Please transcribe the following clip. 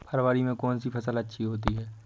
फरवरी में कौन सी फ़सल अच्छी होती है?